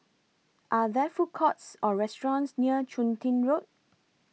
Are There Food Courts Or restaurants near Chun Tin Road